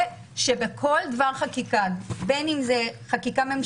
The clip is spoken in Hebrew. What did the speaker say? כוונתי לכך שבכל דבר חקיקה, ממשלתית